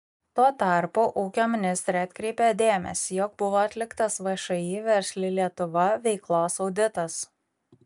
tuo tarpu ūkio ministrė atkreipia dėmesį jog buvo atliktas všį versli lietuva veiklos auditas